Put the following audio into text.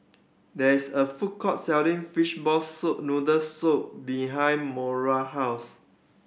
there is a food court selling fishball soup noodle soup behind Moira house